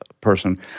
person